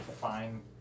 fine